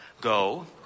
go